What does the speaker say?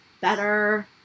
better